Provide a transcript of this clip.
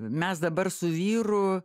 mes dabar su vyru